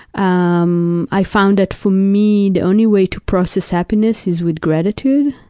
um i found that, for me, the only way to process happiness is with gratitude.